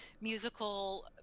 musical –